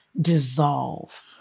dissolve